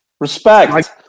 Respect